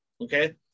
okay